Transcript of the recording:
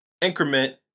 increment